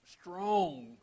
strong